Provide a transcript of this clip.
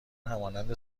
همانند